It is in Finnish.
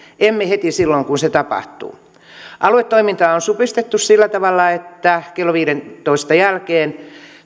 emme heti silloin kun ne tapahtuvat aluetoimintaa on supistettu sillä tavalla että kello viidentoista jälkeen